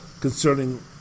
concerning